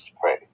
pray